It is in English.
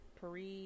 Paris